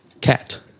Cat